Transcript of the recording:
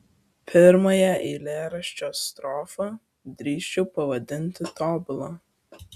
pirmąją eilėraščio strofą drįsčiau pavadinti tobula